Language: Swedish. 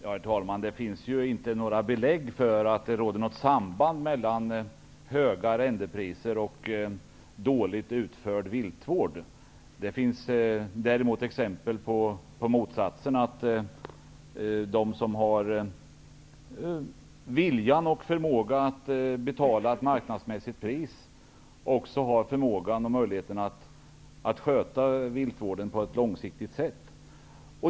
Herr talman! Det finns inte några belägg för att det skulle råda något samband mellan höga arrendepriser och dåligt utförd viltvård. Det finns däremot exempel på motsatsen, att de som har viljan och förmågan att betala ett marknadsmässigt pris också har förmågan och möjligheten att sköta viltvården på ett långsiktigt sätt.